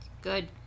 Good